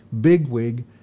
bigwig